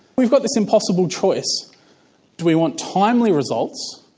we've got this impossible choice do we want timely results,